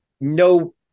No